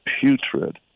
putrid